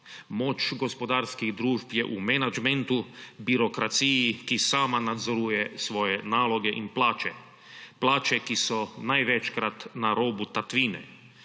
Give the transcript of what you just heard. Moč gospodarskih družb je v menedžmentu, birokraciji, ki sama nadzoruje svoje naloge in plače; plače, ki so največkrat na robu tatvine.